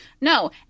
No